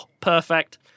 perfect